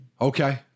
Okay